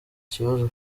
kibazo